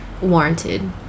warranted